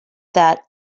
that